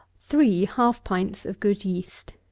three half pints of good yeast.